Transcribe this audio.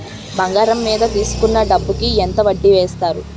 బంగారం మీద తీసుకున్న డబ్బు కి ఎంత వడ్డీ వేస్తారు?